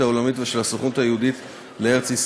העולמית ושל הסוכנות היהודית לארץ-ישראל,